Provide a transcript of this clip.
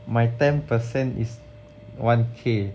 my ten percent is one K